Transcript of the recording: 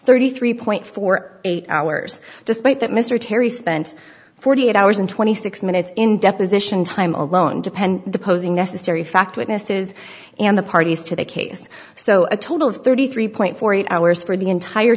thirty three point four eight hours despite that mr terry spent forty eight hours and twenty six minutes in deposition time alone depend deposing necessary fact witnesses and the parties to the case so a total of thirty three forty eight hours for the entire